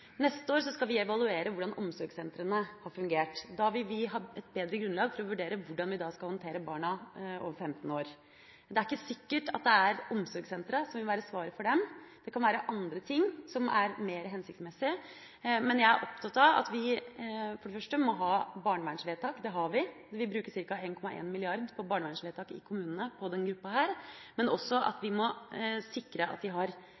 Neste år skal vi evaluere hvordan omsorgssentrene har fungert. Da vil vi ha et bedre grunnlag for å vurdere hvordan vi skal håndtere barn over 15 år. Det er ikke sikkert at det er omsorgssentre som vil være svaret for dem. Det kan være andre ting som er mer hensiktsmessige. Men jeg er opptatt av at vi for det første må ha barnevernsvedtak, det har vi, vi bruker ca. 1,1 mrd. kr på barnevernsvedtak i kommunene på denne gruppa, men også at vi må sikre at de har bedre forhold i mottakene enn det mange opplever i dag. Det har vi